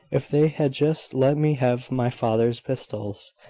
if they had just let me have my father's pistols.